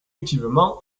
objectivement